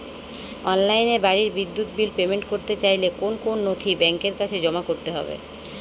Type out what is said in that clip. অনলাইনে বাড়ির বিদ্যুৎ বিল পেমেন্ট করতে চাইলে কোন কোন নথি ব্যাংকের কাছে জমা করতে হবে?